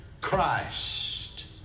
christ